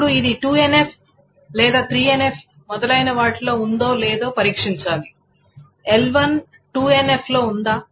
ఇప్పుడు ఇది 2NF లేదా 3NF మొదలైన వాటిలో ఉందో లేదో పరీక్షించాలి L1 2NF లో ఉందా